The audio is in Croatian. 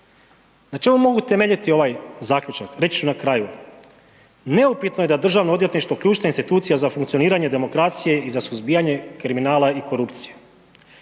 Na čemu mogu temeljiti ovaj zaključak, reći ću na kraju. Neupitno je da je državno odvjetništvo ključna institucija za funkcioniranje demokracije i za suzbijanje kriminala i korupcije.